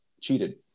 cheated